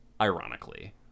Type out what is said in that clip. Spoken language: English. ironically